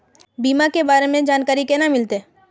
बीमा के बारे में जानकारी केना मिलते?